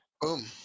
Boom